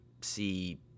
see